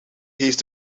heeft